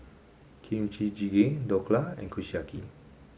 Kimchi Jjigae Dhokla and Kushiyaki